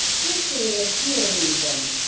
history of pure reason